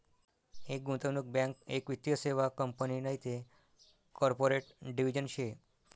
एक गुंतवणूक बँक एक वित्तीय सेवा कंपनी नैते कॉर्पोरेट डिव्हिजन शे